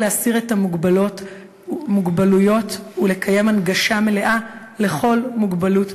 להסיר את ההגבלות ולקיים הנגשה מלאה לכל בעל מוגבלות,